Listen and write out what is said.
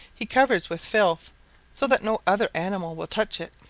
he covers with filth so that no other animal will touch it.